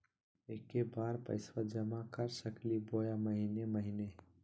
एके बार पैस्बा जमा कर सकली बोया महीने महीने?